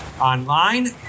online